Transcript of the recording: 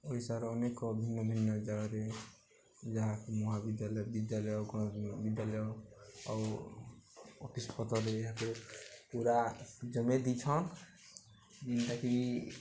ଓଡ଼ିଶାର ଅନେକ ଭିନ୍ନ ଭିନ୍ନ ଜାଗାରେ ଯାହାକି ମହାବିଦ୍ୟାଳୟ ବିଦ୍ୟାଳୟ ବିଦ୍ୟାଳୟ ଆଉ ପୁରା ଜମେଇ ଦେଇଛନ୍ ଜେନ୍ଟାକି